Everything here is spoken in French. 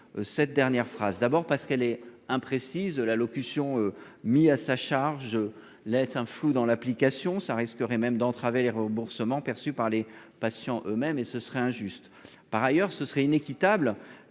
cette dernière phrase. D'abord parce qu'elle est imprécise de la locution mis à sa charge laisse un flou dans l'application, ça risquerait même d'entraver les remboursements perçus par les patients eux-mêmes et ce serait injuste. Par ailleurs, ce serait inéquitable